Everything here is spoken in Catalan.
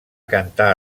cantar